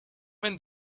when